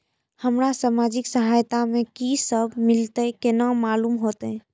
हमरा सामाजिक सहायता में की सब मिलते केना मालूम होते?